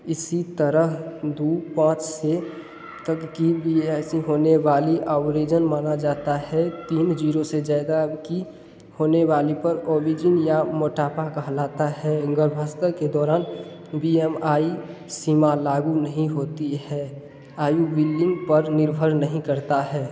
इसी तरह दू पाँच से तक की भी ऐसी होने वाली अब रिजन माना जाता है तीन जीरो से ज़्यादा की होने वाली पर अवीजन या मोटापा कहलाता है गर्भावस्था के दौरान बी एम आई सीमा लागू नहीं होती है आर यू विलिंग पर निर्भर नहीं करता है